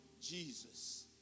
Jesus